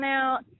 out